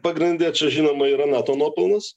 pagrande čia žinoma yra nato nuopelnas